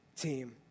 team